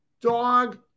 dog